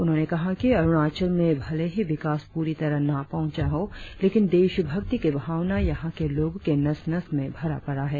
उन्होंने कहा कि अरुणाचल में भले ही विकास पूरी तरह ना पहुंचा हो लेकिन देशभक्ति की भावना यहां के लोगों के नस नस में भरा पड़ा है